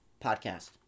podcast